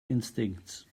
instincts